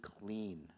clean